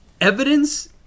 Evidence